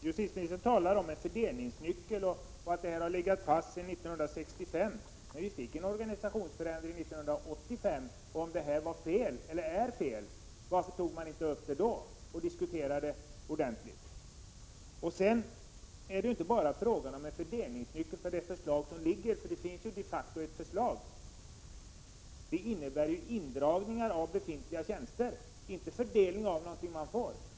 Justitieministern talar om en fördelningsnyckel och säger att den har funnits sedan 1965. Det genomfördes en organisationsförändring 1985. Och om nyckeln är felaktig, varför tog man inte upp den till diskussion då? Sedan är det inte bara fråga om en fördelningsnyckel. Det förslag som föreligger — det finns de facto ett förslag — innebär ju indragningar av befintliga tjänster och inte fördelning av någonting man får.